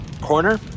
Corner